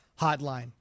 hotline